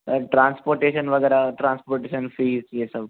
और ट्रांसपोर्टेशन वगैरह transportation fees ये सब